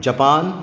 Japan